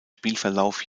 spielverlauf